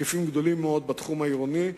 היקפים גדולים מאוד בתחום העירוני,